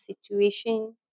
situation